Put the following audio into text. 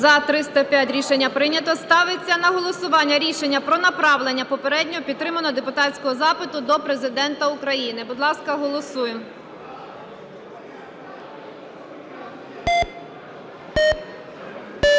За-305 Рішення прийнято. Ставиться на голосування рішення про направлення попередньо підтриманого депутатського запиту до Президента України. Будь ласка, голосуємо.